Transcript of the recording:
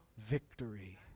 victory